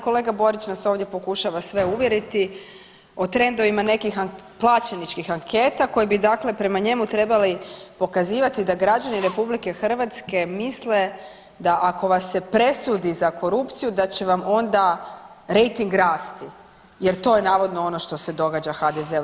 Kolega Borić nas ovdje pokušava sve uvjeriti o trendovima nekih plaćeničkih anketa koje bi dakle prema njemu trebale pokazivati da građani Republike Hrvatske da ako vas se presudi za korupciju da će vam onda rejting rasti, jer to je navodno ono što se događa HDZ-u.